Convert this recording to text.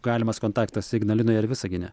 galimas kontaktas ignalinoje ir visagine